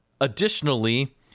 additionally